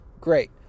Great